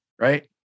right